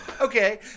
Okay